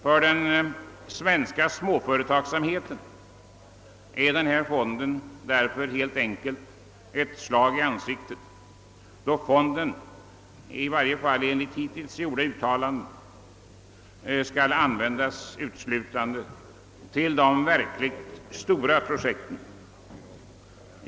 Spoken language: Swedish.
För den svenska småföretagsamheten är den här fonden därför helt enkelt ett slag i ansiktet, då den enligt hittills gjorda uttalanden skall användas uteslutande till de verkligt stora projekten.